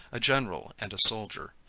a general and a soldier.